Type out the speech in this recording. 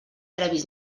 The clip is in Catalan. previs